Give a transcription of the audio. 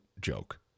joke